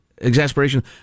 exasperation